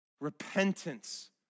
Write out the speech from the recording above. repentance